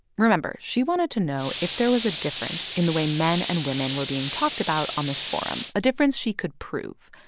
remember she wanted to know if there was a difference in the way men and women were being talked about on this forum, a difference she could prove.